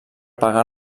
pagar